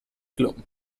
gloom